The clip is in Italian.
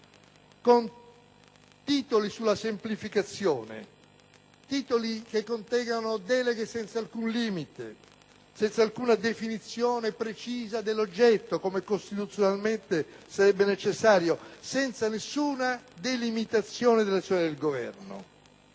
con titoli sulla semplificazione che contengono deleghe senza alcun limite e senza alcuna definizione precisa dell'oggetto - come costituzionalmente sarebbe necessario - e senza nessuna delimitazione dell'azione del Governo.